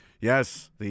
Yes